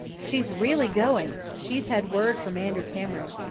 she's really going she's had word from andrew cameron.